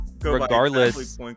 regardless